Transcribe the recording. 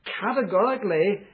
categorically